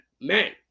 man